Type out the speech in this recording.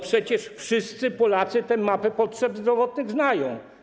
Przecież wszyscy Polacy tę mapę potrzeb zdrowotnych znają.